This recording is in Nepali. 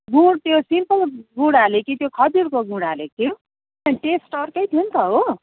गुड त्यो सिम्पल गुड हाल्यो कि त्यो खजुरको गुड हालेको थियो टेस्ट अर्कै थियो नि त हो